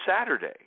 saturday